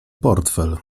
portfel